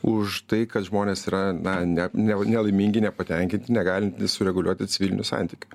už tai kad žmonės yra na ne ne nelaimingi nepatenkinti negalintys sureguliuoti civilinių santykių